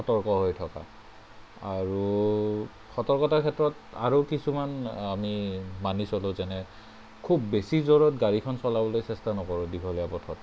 সতৰ্ক হৈ থকা আৰু সতৰ্কতাৰ ক্ষেত্ৰত আৰু কিছুমান আমি মানি চলোঁ যেনে খুব বেছি জোৰত গাড়ীখন চলাবলৈ চেষ্টা নকৰোঁ দীঘলীয়া পথত